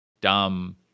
dumb